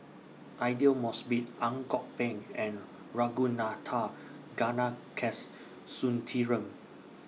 Aidli Mosbit Ang Kok Peng and Ragunathar Kanagasuntheram